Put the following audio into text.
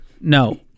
No